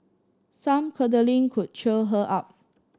some cuddling could cheer her up